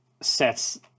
sets